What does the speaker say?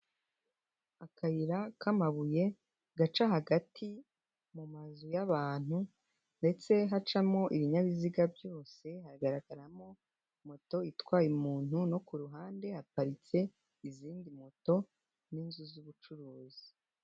Akayira k'amabuye gaca hagati mu mazu y'abantu, ndetse hacamo ibinyabiziga byose, hagaragaramo moto itwaye umuntu, no ku ruhande haparitse izindi moto, n'inzu z'ubucuruzi.